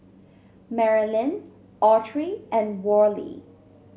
Merilyn Autry and Worley